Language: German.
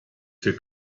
für